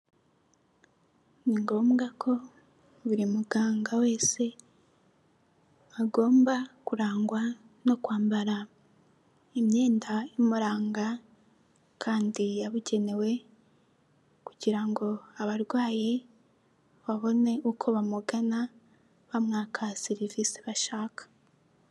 Ni ngombwa ko buri muganga wese, agomba kurangwa no kwambara, imyenda imuranga kandi yabugenewe kugira ngo abarwayi babone uko bamugana, bamwakaha serivisi bashaka.